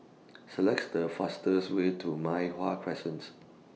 Select The fastest Way to Mei Hwan Crescents